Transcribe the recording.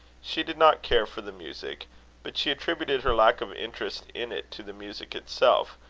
she did not care for the music but she attributed her lack of interest in it to the music itself,